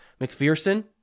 McPherson